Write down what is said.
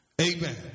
Amen